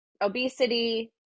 obesity